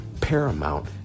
paramount